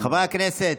חברי הכנסת,